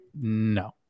no